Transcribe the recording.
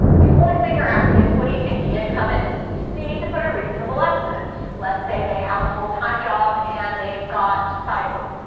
the only thing you're asking is what do you think the income is. so you need to put a reasonable estimate let's say they have a full-time job and they've got side work.